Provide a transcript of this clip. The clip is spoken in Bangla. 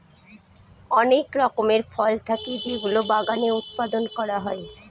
অনেক রকমের ফল থাকে যেগুলো বাগানে উৎপাদন করা হয়